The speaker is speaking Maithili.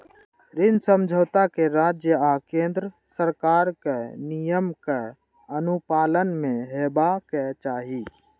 ऋण समझौता कें राज्य आ केंद्र सरकारक नियमक अनुपालन मे हेबाक चाही